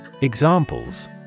Examples